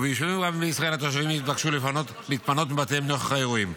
וביישובים רבים בישראל התושבים התבקשו להתפנות מבתיהם נוכח האירועים.